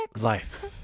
life